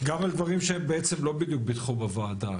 גם על דברים שהם בעצם לא בדיוק בתחום הוועדה,